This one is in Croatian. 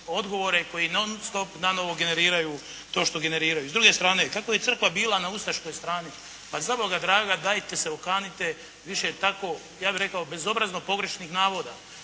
odgovore koji non-stop na novo generiraju to što generiraju. I s druge strane kako je crkva bila na ustaškoj strani? Pa zaboga draga, dajte se okanite više tako ja bih rekao bezobrazno pogrešnih navoda.